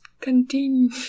continue